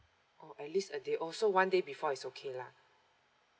oh at least a day oh so one day before it's okay lah